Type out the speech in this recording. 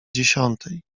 dziesiątej